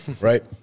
Right